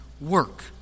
work